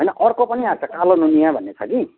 होइन अर्को पनि आएको छ कालो नुनिया भन्ने छ कि